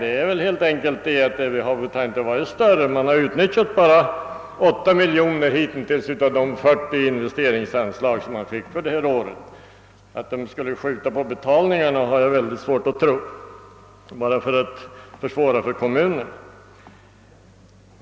Det förhåller sig väl emellertid så, att byggtakten inte har varit så stor och att man därför bara har utnyttjat 8 miljoner kronor av de 40 miljoner kronor som man fick i investeringsanslag för innevarande budgetår. Att staten skulle skjuta på betalningarna bara för att försvåra för kommunerna kan jag inte tro.